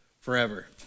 forever